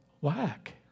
whack